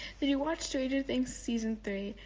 did you watch stranger things season three?